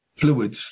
fluids